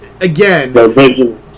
again